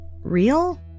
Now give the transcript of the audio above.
real